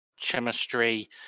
chemistry